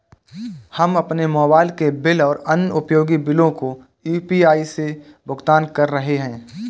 हम अपने मोबाइल के बिल और अन्य उपयोगी बिलों को यू.पी.आई से भुगतान कर रहे हैं